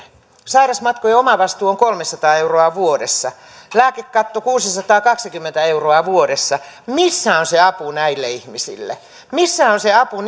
sairausmatkojen omavastuu on kolmesataa euroa vuodessa lääkekatto kuusisataakaksikymmentä euroa vuodessa missä on se apu näille ihmisille missä on apu